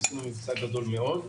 עשינו מבצע גדול מאוד.